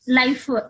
life